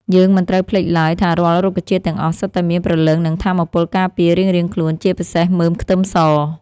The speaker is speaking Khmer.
យើងមិនត្រូវភ្លេចឡើយថារាល់រុក្ខជាតិទាំងអស់សុទ្ធតែមានព្រលឹងនិងថាមពលការពាររៀងៗខ្លួនជាពិសេសមើមខ្ទឹមស។